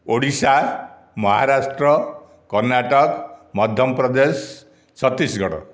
Odisha Maharashtra Karnataka Madhya Pradesh Chhattisgarh